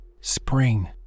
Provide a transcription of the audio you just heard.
Spring